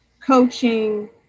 coaching